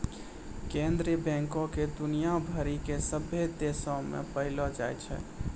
केन्द्रीय बैंको के दुनिया भरि के सभ्भे देशो मे पायलो जाय छै